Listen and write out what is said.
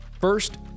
First